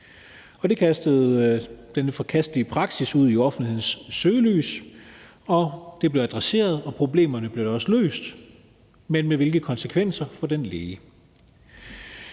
og det kastede denne forkastelige praksis ud i offentlighedens søgelys. Det blev adresseret, og problemerne blev da også løst, men med hvilke konsekvenser for den læge?